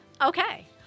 Okay